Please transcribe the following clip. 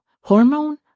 Hormone